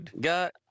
got